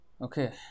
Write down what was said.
Okay